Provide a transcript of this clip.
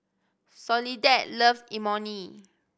Soledad loves Imoni